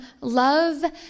love